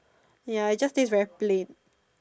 ya it just taste very plain